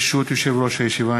ברשות יושב-ראש הישיבה,